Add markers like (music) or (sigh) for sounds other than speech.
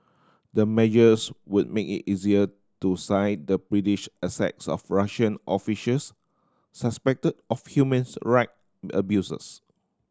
the measures would make it easier to (unintelligible) the British assets of Russian officials suspected of humans right abuses